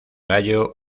gallo